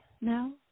No